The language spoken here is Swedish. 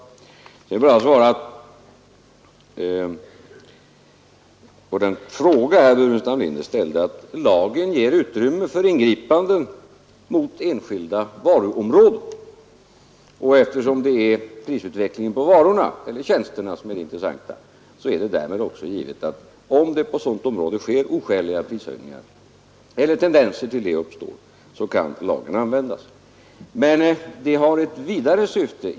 På den fråga som herr Burenstam Linder ställde vill jag svara att lagen ger utrymme för ingripanden mot enskilda varuområden. Och eftersom det är prisutvecklingen på varorna eller tjänsterna som är det intressanta är det därmed också givet att om det på ett område sker oskäliga prishöjningar eller uppstår tendenser till sådana kan lagen användas. Men lagen har ett vidare syfte.